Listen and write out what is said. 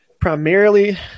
primarily